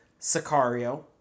Sicario